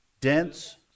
dense